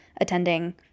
attending